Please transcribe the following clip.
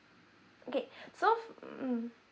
okay so fo~ mm